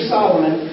Solomon